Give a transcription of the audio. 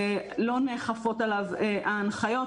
לא נאכפות ההנחיות,